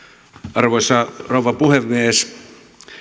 arvoisa rouva puhemies